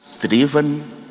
driven